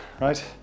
right